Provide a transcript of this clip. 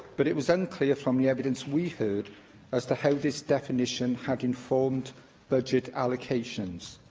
but it was unclear from the evidence we heard as to how this definition had informed budget allocations.